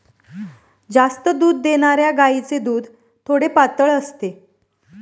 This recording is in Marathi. जास्त दूध देणाऱ्या गायीचे दूध थोडे पातळ असते